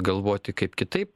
galvoti kaip kitaip